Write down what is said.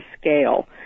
scale